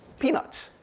peanuts.